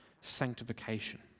sanctification